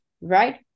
right